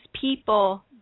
people